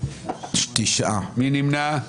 מי נמנע?